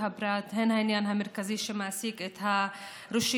הפרט הן העניין המרכזי שמעסיק את הרשויות,